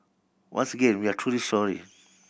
once again we are truly sorry